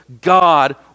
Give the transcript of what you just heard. God